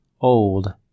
old